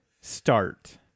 start